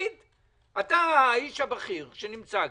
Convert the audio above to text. אתה האיש הבכיר שנמצא כאן,